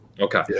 Okay